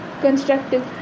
Constructive